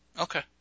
Okay